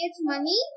money